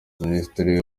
minisitiri